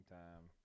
time